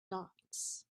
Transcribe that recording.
dots